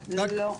לא, לא.